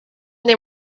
they